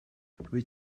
rwyt